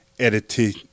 editing